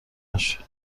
نشه